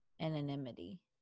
anonymity